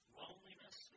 loneliness